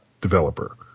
developer